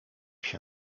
się